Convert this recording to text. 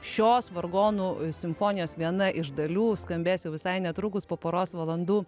šios vargonų simfonijos viena iš dalių skambės jau visai netrukus po poros valandų